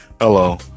Hello